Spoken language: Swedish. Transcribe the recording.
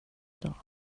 dag